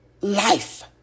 life